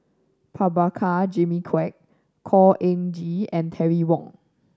Prabhakara Jimmy Quek Khor Ean Ghee and Terry Wong